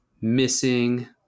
missing